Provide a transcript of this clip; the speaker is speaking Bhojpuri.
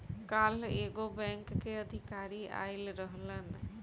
काल्ह एगो बैंक के अधिकारी आइल रहलन